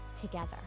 together